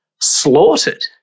Slaughtered